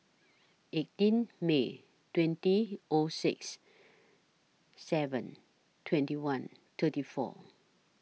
eighteen May twenty O six seven twenty one thirty four